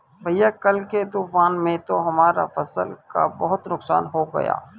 भैया कल के तूफान में तो हमारा फसल का बहुत नुकसान हो गया